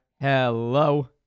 Hello